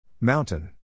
Mountain